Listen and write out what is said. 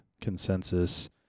consensus